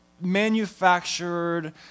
manufactured